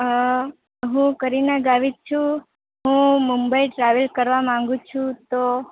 હા હુ કરીના ગાવીક છું હું મુંબઈ ટ્રાવેલ કરવા માંગુ છું તો